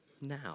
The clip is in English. now